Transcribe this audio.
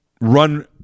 run